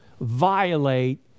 violate